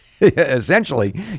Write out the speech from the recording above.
essentially